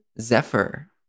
Zephyr